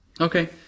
Okay